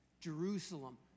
Jerusalem